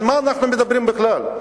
על מה אנחנו מדברים בכלל?